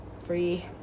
free